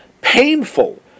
painful